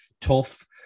tough